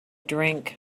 drink